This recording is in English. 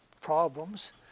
problems